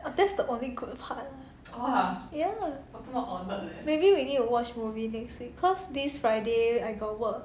oh that's the good part ya maybe we need to watch movie next week cause this friday I got work